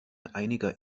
einiger